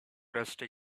rusty